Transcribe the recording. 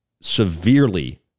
severely